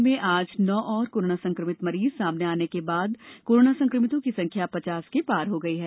सागर जिले में आज नौ और कोरोना संक्रमित मरीज सामने आने के बाद कोरोना संक्रमितों की संख्या पचास के पार हो गई है